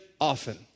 often